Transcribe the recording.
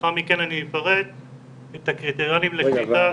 לאחר מכן אפרט את הקריטריונים לקליטה --- רגע,